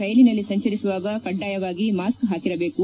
ರೈಲಿನಲ್ಲಿ ಸಂಚರಿಸುವಾಗ ಕಡ್ಡಾಯವಾಗಿ ಮಾಸ್ಕ್ ಹಾಕಿರಬೇಕು